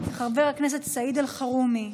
חבר הכנסת סעיד אלחרומי,